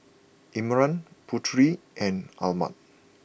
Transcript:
Imran Putri and Ahmad